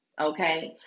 okay